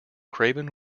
craven